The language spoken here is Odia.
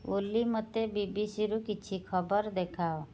ଓଲି ମୋତେ ବିବିସିରୁ କିଛି ଖବର ଦେଖାଅ